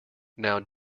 now